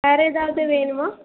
வேறு ஏதாவுது வேணுமா